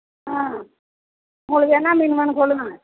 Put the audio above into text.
ஆ உங்களுக்கு என்ன மீன் வேணும் சொல்லுங்க